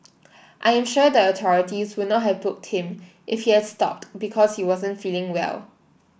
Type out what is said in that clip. I am sure the authorities would not have booked him if he had stopped because he wasn't feeling well